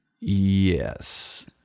yes